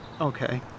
okay